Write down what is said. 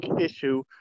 issue